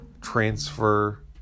transfer